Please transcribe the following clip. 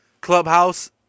clubhouse